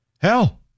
Hell